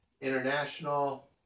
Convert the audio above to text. international